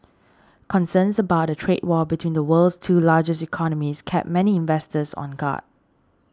concerns about a trade war between the world's two largest economies kept many investors on guard